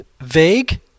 vague